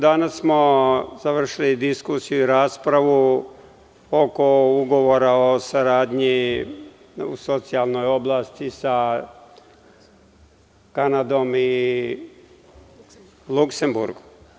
Danas smo završili diskusiju i raspravu oko ugovora o saradnji u socijalnoj oblasti sa Kanadom i Luksemburgom.